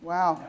Wow